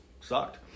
sucked